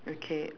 okay